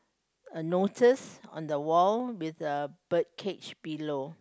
a notice on the wall with a bird cage below